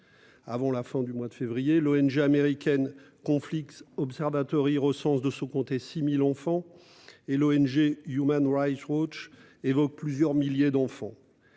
avant la fin du mois de février. L'ONG américaine Conflict Observatory recense, de son côté, 6 000 enfants et l'ONG Human Rights Watch évoque plusieurs milliers d'enfants.